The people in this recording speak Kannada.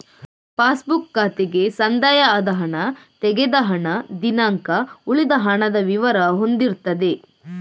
ಪಾಸ್ ಬುಕ್ ಖಾತೆಗೆ ಸಂದಾಯ ಆದ ಹಣ, ತೆಗೆದ ಹಣ, ದಿನಾಂಕ, ಉಳಿದ ಹಣದ ವಿವರ ಹೊಂದಿರ್ತದೆ